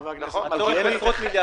--- עשרות מיליארדים.